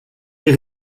les